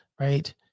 right